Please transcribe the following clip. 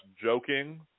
joking